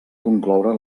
concloure